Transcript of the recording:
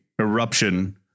eruption